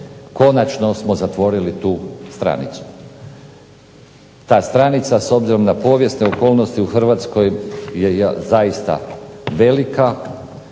konačno smo zatvorili tu stranicu. Ta stranica s obzirom na povijesne okolnosti u Hrvatskoj je zaista velika,